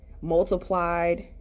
multiplied